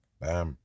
Bam